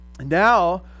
now